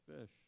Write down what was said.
fish